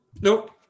Nope